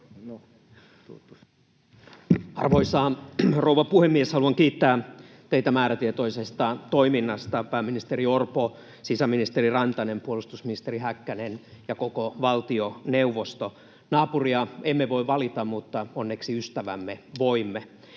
Arvoisa rouva puhemies! Haluan kiittää määrätietoisesta toiminnasta teitä, pääministeri Orpo, sisäministeri Rantanen, puolustusministeri Häkkänen ja koko valtioneuvosto. Naapuria emme voi valita mutta onneksi ystävämme voimme.